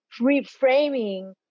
reframing